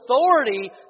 authority